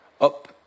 up